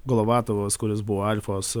golovatovas kuris buvo alfos